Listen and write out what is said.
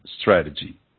strategy